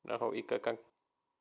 然后一个刚